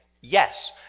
Yes